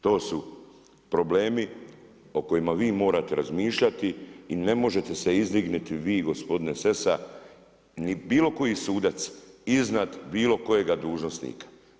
To su problemi o kojima vi morate razmišljati i ne možete se izdignuti vi gospodine Sessa ni bilo koji sudac iznad bilo kojega dužnosnika.